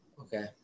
Okay